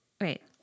right